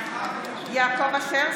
יעקב אשר,